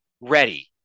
ready